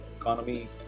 economy